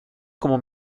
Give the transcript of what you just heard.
como